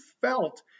felt